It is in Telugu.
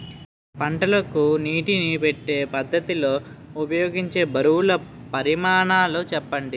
పంటలకు నీటినీ పెట్టే పద్ధతి లో ఉపయోగించే బరువుల పరిమాణాలు చెప్పండి?